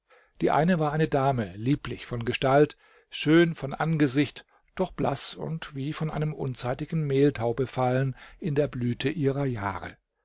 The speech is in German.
die eine war eine dame lieblich von gestalt schön von angesicht doch blaß und wie von einem unzeitigen mehltau befallen in der blüte ihrer jahre